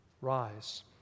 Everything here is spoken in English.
Rise